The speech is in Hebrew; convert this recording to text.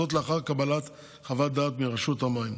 וזאת לאחר קבלת חוות דעת מרשות המים.